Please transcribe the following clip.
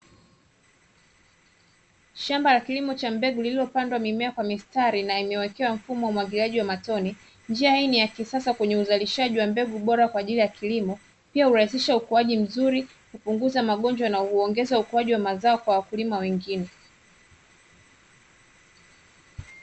Shamba la kilimo cha mbegu lililopandwa mimea kwa mistari na imewekewa mfumo wa umwagiliaji wa matone. Njia hii ni ya kisasa kwenye uzalishaji wa mbegu bora kwa ajili ya kilimo. Pia hurahisisha ukuaji mzuri, kupunguza magonjwa na huongeza ukuaji wa mazo kwa wakulima wengine.